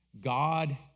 God